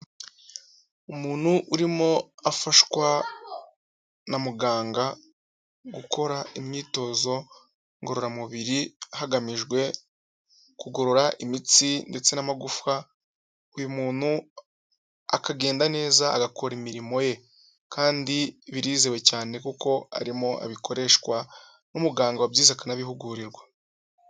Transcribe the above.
Umuntu urimo afashwa na muganga gukora imyitozo ngororamubiri hagamijwe kugorora imitsi ndetse n'amagufwa, uyu muntu akagenda neza agakora imirimo ye, kandi birizewe cyane kuko arimo abikoreshwa n'umuganga wabyize akanabihugurirwa.